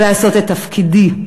לעשות את תפקידי.